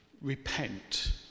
Repent